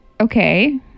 Okay